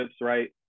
right